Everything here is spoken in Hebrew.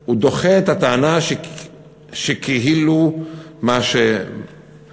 הוא דוחה את הטענה שכאילו מה שגורם